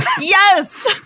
Yes